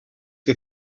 que